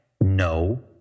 No